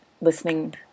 listening